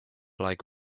like